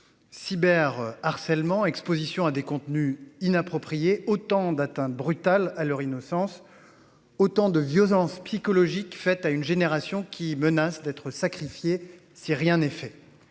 Cyber harcèlement Exposition à des contenus inappropriés autant d'atteintes brutale à leur innocence. Autant de violence psychologique faite à une génération qui menace d'être sacrifiée. Si rien n'est fait.